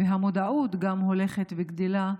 והמודעות גם הולכת וגדלה,